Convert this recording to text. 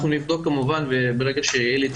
אנחנו נבדוק כמובן וברגע שיהיה לי את